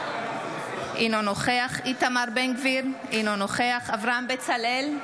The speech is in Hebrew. אינו נוכח איתמר בן גביר, אינו נוכח אברהם בצלאל,